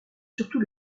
surtout